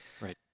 Right